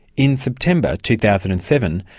in september two thousand and seven,